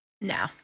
no